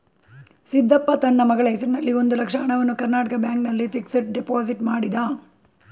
ಸಿದ್ದಪ್ಪ ತನ್ನ ಮಗಳ ಹೆಸರಿನಲ್ಲಿ ಒಂದು ಲಕ್ಷ ಹಣವನ್ನು ಕರ್ನಾಟಕ ಬ್ಯಾಂಕ್ ನಲ್ಲಿ ಫಿಕ್ಸಡ್ ಡೆಪೋಸಿಟ್ ಮಾಡಿದ